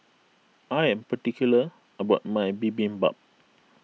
I am particular about my Bibimbap